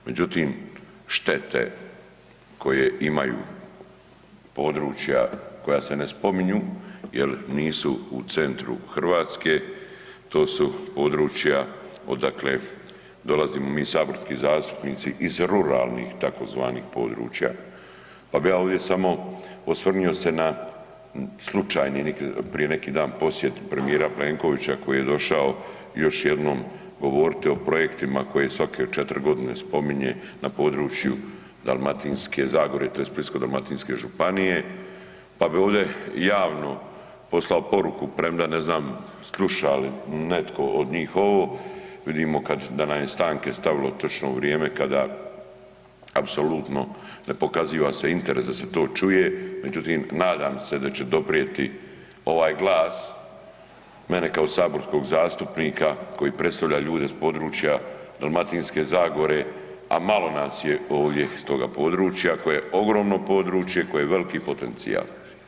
Međutim, štete koje imaju područja koja se ne spominju jel nisu u centru Hrvatske, to su područja odakle dolazimo mi saborski zastupnici iz ruralnih tzv. područja, pa bi ja ovdje samo osvrnuo na slučajni neki, prije neki dan posjet premijera Plenkovića koji je došao još jednom govoriti o projektima koje svake 4.g. spominje na području Dalmatinske zagore tj. Splitsko-dalmatinske županije, pa bi ovdje javno poslao poruku premda ne znam sluša li netko od njih ovo, vidimo kad, da nam je stanke stavilo točno u vrijeme kada apsolutno ne pokaziva se interes da se to čuje, međutim nadam se da će doprijeti ovaj glas mene kao saborskog zastupnika koji predstavlja ljude s područja Dalmatinske zagore, a malo nas je ovdje iz toga područja koje je ogromno područje, koji je veliki potencijal.